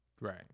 Right